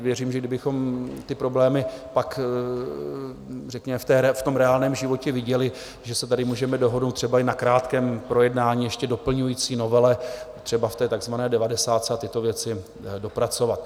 Věřím, že kdybychom ty problémy pak řekněme v tom reálném životě viděli, že se tady můžeme dohodnout třeba i na krátkém projednání ještě v doplňující novele třeba v té takzvané devadesátce a tyto věci dopracovat.